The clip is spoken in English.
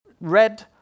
RED